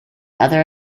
other